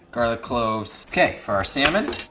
garlic cloves, okay, for our salmon.